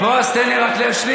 בועז, תן לי רק להשלים.